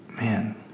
man